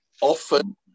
often